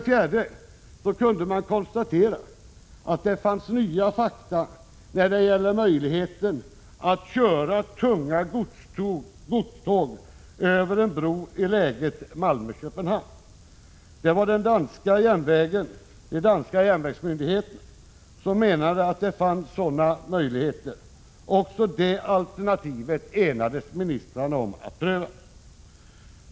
Man kunde konstatera att det fanns nya fakta när det gällde möjligheten att köra tunga godståg över en bro i läget Malmö-Köpenhamn. Det var den danska järnvägsmyndigheten som menade att det fanns sådana möjligheter. Också det alternativet enades ministrarna om att pröva.